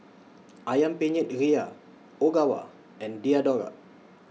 Ayam Penyet Ria Ogawa and Diadora